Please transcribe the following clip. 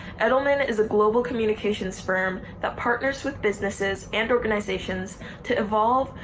and um i mean is a global communications firm that partners with businesses and organisations to evolve,